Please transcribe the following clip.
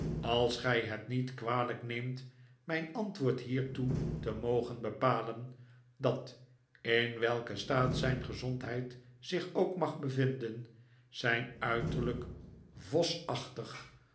als gij het niet kwalijk neemt mijn antwoord hiertoe te mogen bepalen dat in welken staat zijn gezondheid zich ook mag bevinden zijn uiterlijk vosachtig